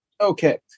Okay